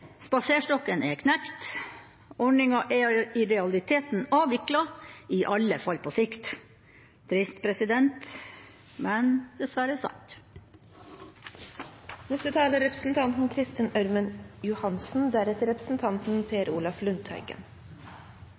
spaserstokken er knekt, ordninga er i realiteten avviklet, i alle fall på sikt. Trist, men dessverre sant. Neste taler er Kristin Ørmen Johansen.